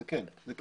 זה כן.